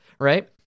Right